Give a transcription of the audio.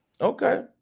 Okay